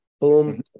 boom